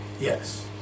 Yes